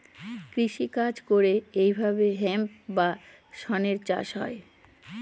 কৃষি কাজ করে এইভাবে হেম্প বা শনের চাষ হয়